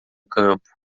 campo